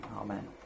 Amen